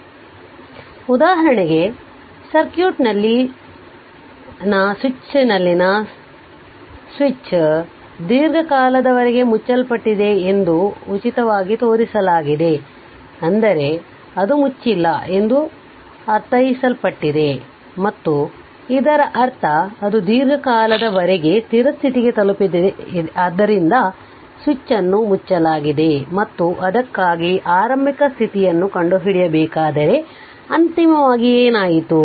ಆದ್ದರಿಂದ ಉದಾಹರಣೆಗೆ ಸರ್ಕ್ಯೂಟ್ನಲ್ಲಿನ ಸ್ವಿಚ್ನಲ್ಲಿನ ಸ್ವಿಚ್ ದೀರ್ಘಕಾಲದವರೆಗೆ ಮುಚ್ಚಲ್ಪಟ್ಟಿದೆ ಎಂದು ತೋರಿಸಲಾಗಿದೆ ಅಂದರೆ ಅದು ಮುಚ್ಚಿಲ್ಲ ಎಂದು ಅದು ಅರ್ಥೈಸಲ್ಪಟ್ಟಿದೆ ಮತ್ತು ಇದರರ್ಥ ಅದು ದೀರ್ಘಕಾಲದವರೆಗೆ ಸ್ಥಿರ ಸ್ಥಿತಿಗೆ ತಲುಪಿದೆ ಆದ್ದರಿಂದ ಸ್ವಿಚ್ ಅನ್ನು ಮುಚ್ಚಲಾಗಿದೆ ಮತ್ತು ಅದಕ್ಕಾಗಿ ಆರಂಭಿಕ ಸ್ಥಿತಿಯನ್ನು ಕಂಡುಹಿಡಿಯಬೇಕಾದರೆ ಅಂತಿಮವಾಗಿ ಏನಾಯಿತು